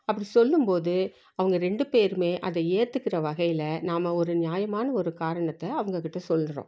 அப்படி சொல்லும் போது அவங்க ரெண்டு பேருமே அதை ஏற்றுக்குற வகையில் நாம் ஒரு நியாமான ஒரு காரணத்தை அவங்கக்கிட்ட சொல்கிறோம்